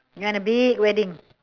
you want a big wedding